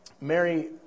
Mary